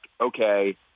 okay